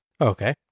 Okay